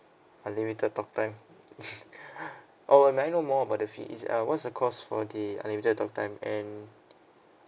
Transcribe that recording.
unlimited talk time oh may I know more about the fee it's uh what's the cost for the unlimited talk time and